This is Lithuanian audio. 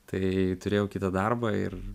tai turėjau kitą darbą ir